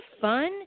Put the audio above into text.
fun